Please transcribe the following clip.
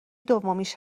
دومیش